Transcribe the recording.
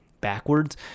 backwards